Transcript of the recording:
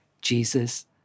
Jesus